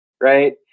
Right